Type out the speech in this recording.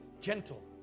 Gentle